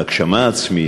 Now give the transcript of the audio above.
ההגשמה העצמית,